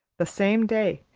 the same day,